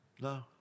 No